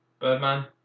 Birdman